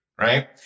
right